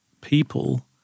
people